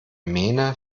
mähne